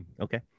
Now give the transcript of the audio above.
okay